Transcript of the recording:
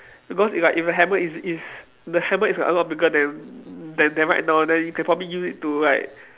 because if like if a hammer is is if the hammer is a lot bigger than than than right now then you can probably use it to like